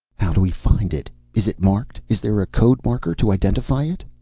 how do we find it? is it marked? is there a code marker to identify it?